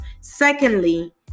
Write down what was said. Secondly